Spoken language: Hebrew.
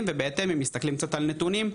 ובהתאם אם מסתכלים קצת על נתונים,